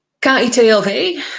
KITLV